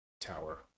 tower